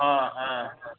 हा हा ह